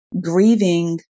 grieving